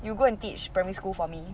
you go and teach primary school for me